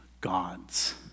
God's